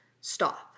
stop